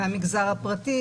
מהמגזר הפרטי,